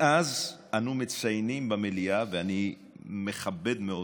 מאז אנו מציינים במליאה, ואני מכבד מאוד